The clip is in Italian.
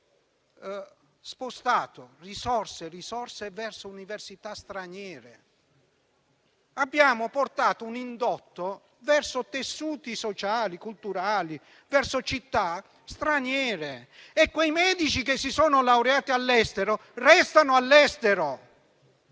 abbiamo spostato risorse verso università straniere, abbiamo portato un indotto verso tessuti sociali e culturali, verso città straniere. E quei medici che si sono laureati all'estero, restano all'estero.